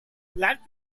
let